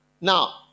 now